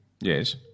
Yes